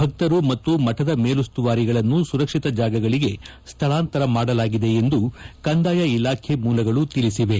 ಭಕ್ತರು ಮತ್ತು ಮಠದ ಮೇಲುಸ್ತುವಾರಿಗಳನ್ನು ಸುರಕ್ಷಿತ ಜಾಗಗಳಿಗೆ ಸ್ಥಳಾಂತರ ಮಾಡಲಾಗಿದೆ ಎಂದು ಕಂದಾಯ ಇಲಾಖೆ ಮೂಲಗಳು ತಿಳಿಸಿವೆ